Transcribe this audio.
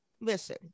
listen